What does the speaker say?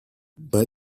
but